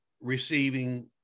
receiving